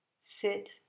Sit